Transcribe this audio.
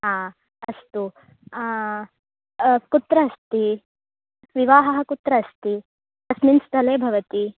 हा अस्तु कुत्र अस्ति विवाहः कुत्र अस्ति कस्मिन् स्थले भवति